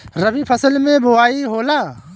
रबी फसल मे बोआई होला?